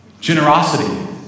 Generosity